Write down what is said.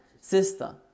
sister